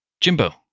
Jimbo